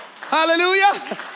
Hallelujah